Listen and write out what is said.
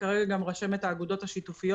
וכרגע גם רשמת אגודות שיתופיות.